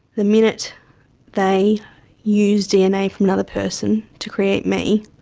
the minute they used dna from another person to create me